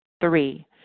Three